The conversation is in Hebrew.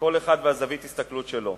כל אחד וזווית ההסתכלות שלו.